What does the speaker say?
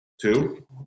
two